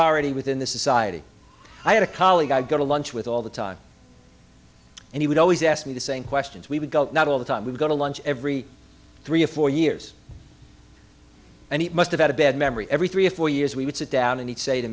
authority within the society i had a colleague i go to lunch with all the time and he would always ask me the same questions we would go not all the time we would go to lunch every three or four years and he must've had a bad memory every three or four years we would sit down and he'd say to